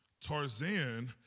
Tarzan